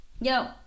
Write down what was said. yo